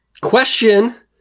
Question